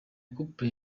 couple